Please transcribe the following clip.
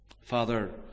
Father